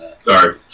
Sorry